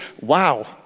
Wow